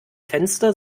fenster